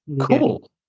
cool